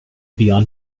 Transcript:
beyond